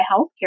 healthcare